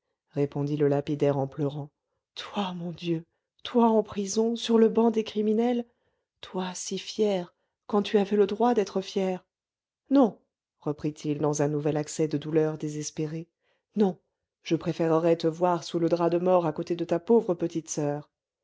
répondit le lapidaire en pleurant toi mon dieu toi en prison sur le banc des criminels toi si fière quand tu avais le droit d'être fière non reprit-il dans un nouvel accès de douleur désespérée non je préférerais te voir sous le drap de mort à côté de ta pauvre petite soeur